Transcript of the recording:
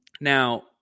Now